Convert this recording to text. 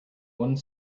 one